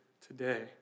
today